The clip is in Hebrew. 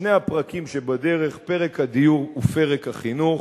שני הפרקים שבדרך, פרק הדיור ופרק החינוך,